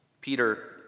Peter